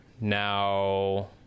Now